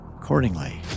accordingly